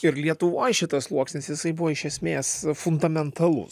ir lietuvoj šitas sluoksnis jisai buvo iš esmės fundamentalus